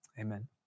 Amen